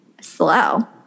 slow